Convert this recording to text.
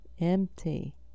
empty